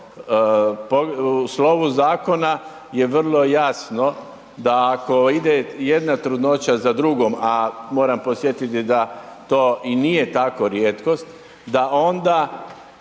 u slovu zakona je vrlo jasno da ako ide jedna trudnoća za drugom, a moram podsjetiti da to i nije tako rijetkost, da onda